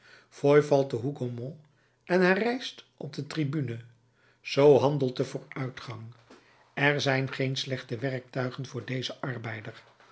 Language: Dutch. foy valt te hougomont en herrijst op de tribune zoo handelt de vooruitgang er zijn geen slechte werktuigen voor dezen arbeider